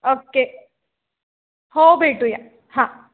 okay हो भेटूया हां